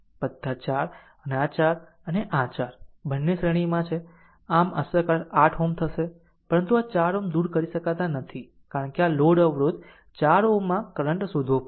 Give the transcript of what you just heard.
બધા 4 અને આ 4 અને આ 4 બંને શ્રેણીમાં છે આમ અસરકારક 8 Ω હશે પરંતુ આ 4 Ω દૂર કરી શકતા નથી કારણ કે આ લોડ અવરોધ 4 Ω માં કરંટ શોધવા પડશે